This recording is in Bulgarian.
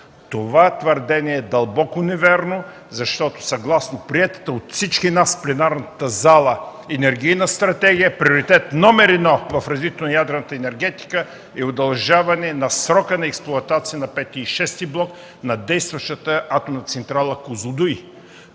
Това твърдение е дълбоко невярно. Съгласно приетата от всички нас в пленарната зала енергийна стратегия приоритет номер едно в развитието на ядрената енергетика е удължаване на срока на експлоатация на V и VІ блок на действащата атомна централа в Козлодуй.